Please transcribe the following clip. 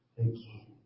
again